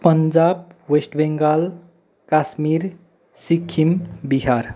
Punjab West Bengal Kashmir Sikkim Bihar